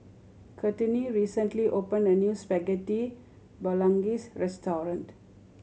Courtney recently opened a new Spaghetti Bolognese restaurant